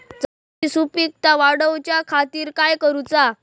जमिनीची सुपीकता वाढवच्या खातीर काय करूचा?